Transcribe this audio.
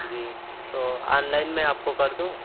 جی تو online میں آپ کو کر دوں